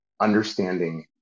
understanding